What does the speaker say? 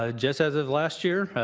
ah just as of last year,